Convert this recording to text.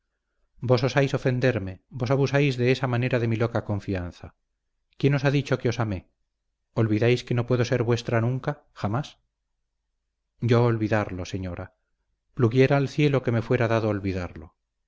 vos osáis ofenderme vos abusáis de esa manera de mi loca confianza quién os ha dicho que os amé olvidáis que no puedo ser vuestra nunca jamás yo olvidarlo señora pluguiera al cielo que me fuera dado olvidarlo